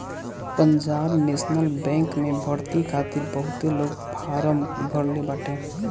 Punjab national bank में भर्ती खातिर बहुते लोग फारम भरले बाटे